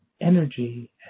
energy